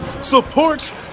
support